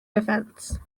defense